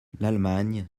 l’allemagne